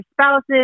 spouses